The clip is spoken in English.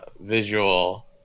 visual